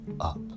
up